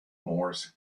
morse